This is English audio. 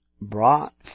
brought